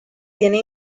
viene